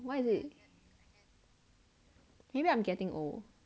why is it maybe I'm getting old